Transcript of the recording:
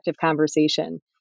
conversation